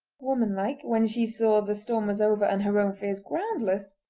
womanlike, when she saw the storm was over and her own fears groundless,